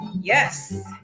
Yes